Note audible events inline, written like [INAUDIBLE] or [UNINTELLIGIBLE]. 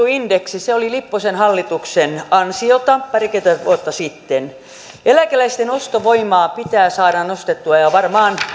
[UNINTELLIGIBLE] indeksi oli lipposen hallituksen ansiota parikymmentä vuotta sitten eläkeläisten ostovoimaa pitää saada nostettua ja varmaan